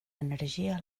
energia